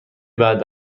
بعد